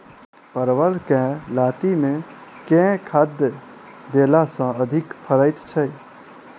परवल केँ लाती मे केँ खाद्य देला सँ अधिक फरैत छै?